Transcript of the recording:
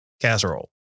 casserole